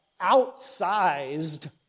outsized